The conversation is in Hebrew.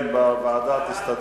כן, בוועדה תסתדרו.